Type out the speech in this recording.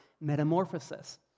metamorphosis